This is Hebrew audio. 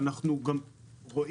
ואנחנו גם רואים.